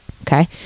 okay